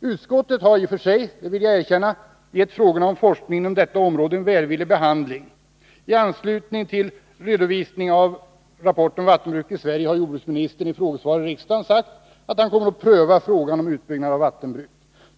Utskottet har i och för sig, det vill jag erkänna, gett frågorna om forskning inom detta område en välvillig behandling. I anslutning till en redovisning av rapporten Vattenbruk i Sverige har jordbruksministern i frågesvar i riksdagen sagt att han kommer att pröva frågan om utbyggnad av vattenbruk.